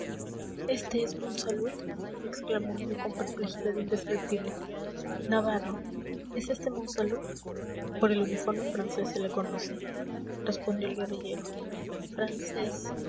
este es monsalud exclamó ella con perplejidad indescriptible navarro es este monsalud por el uniforme francés se le conoce respondió el guerrillero francés